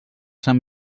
sant